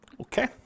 Okay